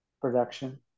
production